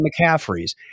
McCaffrey's